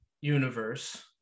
universe